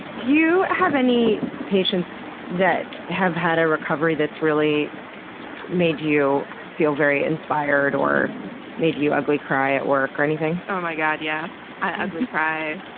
do you have any patients that have had a recovery that's really made you feel very inspired or made you ugly cry at work or anything? oh my god, yes. i ugly cry.